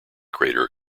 crater